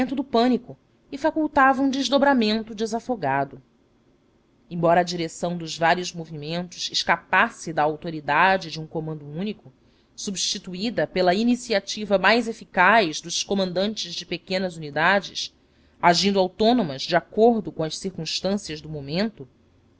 do pânico e facultava um desdobramento desafogado embora a direção dos vários movimentos escapasse da autoridade de um comando único substituída pela iniciativa mais eficaz dos comandantes de pequenas unidades agindo autônomas de acordo com as circunstâncias do momento